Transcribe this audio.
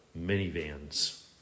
minivans